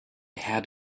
had